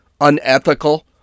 unethical